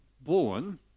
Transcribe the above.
born